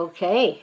Okay